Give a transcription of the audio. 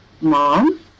mom